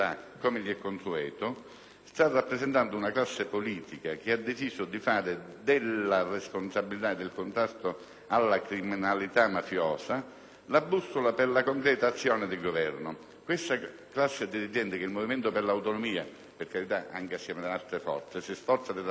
sta rappresentando una classe politica che ha deciso di fare della responsabilità e del contrasto alla criminalità mafiosa la bussola per la concreta azione di Governo. Questa classe dirigente che il Movimento per l'Autonomia - per carità, anche insieme ad altre forze - si sforza di rappresentare in Sicilia,